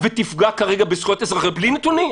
וזה שתגלגל את זה בצורה נחמדה זה בסדר,